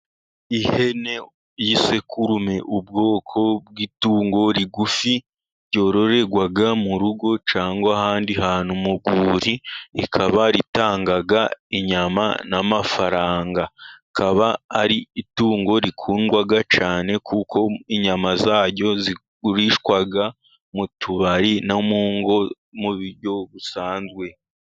Ihene y'isekurume ubwoko bw'itungo rigufi ryororerwa mu rugo cyangwa ahandi hantu mu rwuri, rikaba ritanga inyama n'amafaranga rikaba ari itungo rikundwa cyane, kuko inyama zaryo zigurishwa mu tubari no mu ngo mu buryo busanzwe.